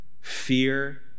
fear